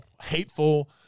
hateful